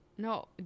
No